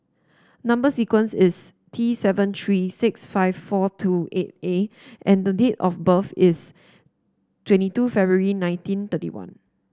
number sequence is T seven three six five four two eight A and the date of birth is twenty two February nineteen thirty one